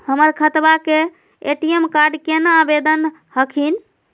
हमर खतवा के ए.टी.एम कार्ड केना आवेदन हखिन?